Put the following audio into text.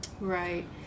Right